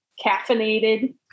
caffeinated